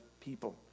people